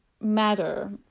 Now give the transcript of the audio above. matter